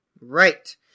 Right